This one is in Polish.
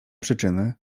przyczyny